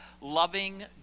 Loving